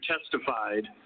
testified